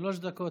שלוש דקות.